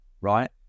right